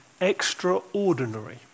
extraordinary